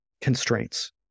constraints